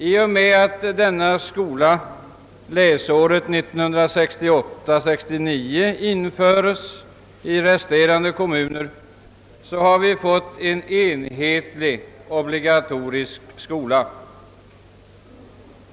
I och med att denna skola läsåret 1968/69 införes i resterande kommuner har vi fått en enhetlig obligatorisk skola.